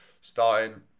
starting